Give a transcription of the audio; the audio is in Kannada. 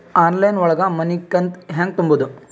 ಆನ್ಲೈನ್ ಒಳಗ ಮನಿಕಂತ ಹ್ಯಾಂಗ ತುಂಬುದು?